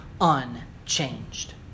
unchanged